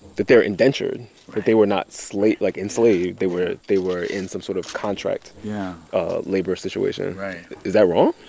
that they're indentured, that they were not slave like, enslaved they were they were in some sort of contract yeah ah labor situation yeah. right is that wrong?